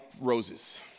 roses